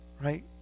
Right